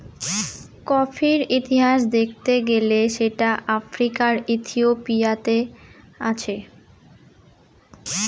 কফির ইতিহাস দেখতে গেলে সেটা আফ্রিকার ইথিওপিয়াতে আছে